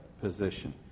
position